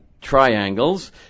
triangles